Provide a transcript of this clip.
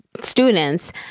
students